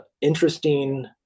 interesting